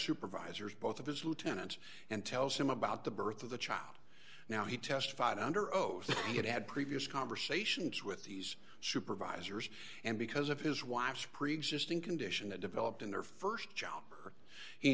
supervisor is both of his lieutenants and tells him about the birth of the child now he testified under oath he had had previous conversations with these supervisors and because of his wife's preexisting condition that developed in their st job her he